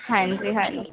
ਹਾਂਜੀ ਹਾਂਜੀ